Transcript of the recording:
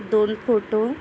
दोन फोटो